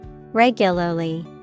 Regularly